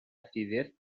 acidez